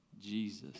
Jesus